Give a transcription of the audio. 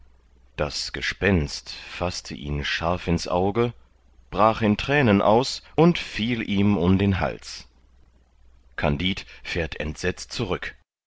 das gespenst faßte ihn scharf ins auge brach in thränen aus und fiel ihm um den hals kandid fährt entsetzt zurück